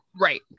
right